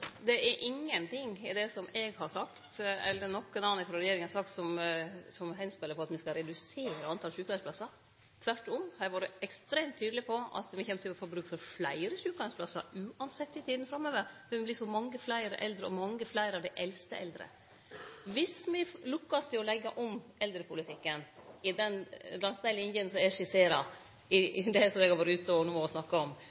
Det er ingenting i det som eg – eller nokon annan frå regjeringa – har sagt, som viser til at me skal redusere talet på sjukeheimsplassar. Tvert om har eg vore ekstremt tydeleg på at me kjem til å ha bruk for fleire sjukeheimsplassar, uansett kva, i tida framover, fordi det vert så mange fleire eldre – og mange fleire av dei eldste eldre. Viss me lukkast med å leggje om eldrepolitikken langs dei linjene som eg skisserer, og som eg no har vore ute og snakka om,